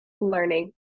learning